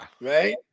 Right